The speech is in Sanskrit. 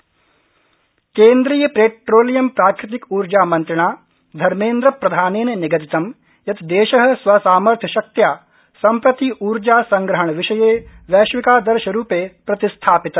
धर्मेन्द्र ऊर्जा केन्द्रीय पेट्रोलियम प्राकृतिक ऊर्जा मंत्रिणा धर्मेन्द्र प्रधानेन निगदितं यत् देश स्वसामर्थ्य शक्त्या सम्प्रति ऊर्जा संग्रहणविषये वैश्विकादर्शरूपे प्रतिस्थापित